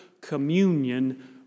communion